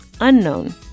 unknown